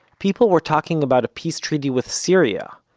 people were talking about a peace treaty with syria,